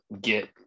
get